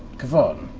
k'varn.